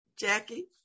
Jackie